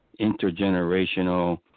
intergenerational